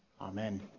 Amen